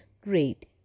great